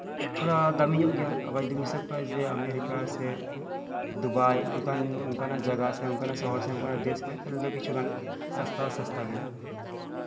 ᱛᱷᱚᱲᱟ ᱫᱟᱢᱤ ᱧᱚᱜ ᱜᱮᱭᱟ ᱟᱵᱟᱨ ᱡᱚᱫᱤᱢ ᱦᱤᱥᱟᱹᱵᱽ ᱠᱷᱟᱱ ᱡᱮ ᱟᱢᱮᱨᱤᱠᱟ ᱥᱮ ᱫᱩᱵᱟᱭ ᱚᱱᱠᱟᱱ ᱚᱱᱠᱟᱱᱟᱜ ᱡᱟᱭᱜᱟ ᱥᱮ ᱚᱱᱠᱟᱱᱟᱜ ᱥᱚᱦᱚᱨ ᱥᱮ ᱚᱱᱠᱟᱱᱟᱜ ᱫᱮᱥ ᱠᱷᱚᱱ ᱯᱟᱞᱮ ᱠᱤᱪᱷᱩ ᱜᱟᱱ ᱥᱚᱥᱛᱟ ᱦᱚᱸ ᱥᱚᱥᱛᱟ ᱜᱮᱭᱟ